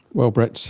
well brett,